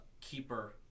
keeper